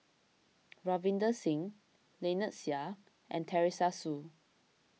Ravinder Singh Lynnette Seah and Teresa Hsu